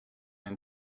and